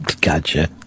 Gotcha